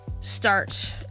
start